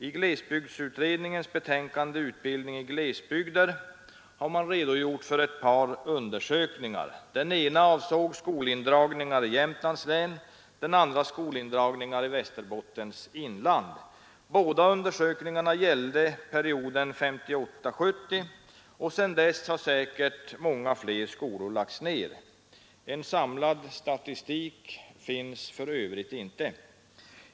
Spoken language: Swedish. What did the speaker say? I glesbygdsutredningens betänkande, Utbildning i glesbygder, har man redogjort för ett par undersökningar. Den ena avsåg skolindragningar i Jämtlands län, den andra skolindragningar i Västerbottens inland. Båda undersökningarna gäller perioden 1958-1970, och sedan dess har säkert ännu fler skolor lagts ner. Någon samlad statistik finns för övrigt inte.